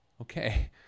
Okay